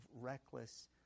reckless